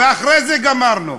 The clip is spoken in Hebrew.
אחרי זה גמרנו.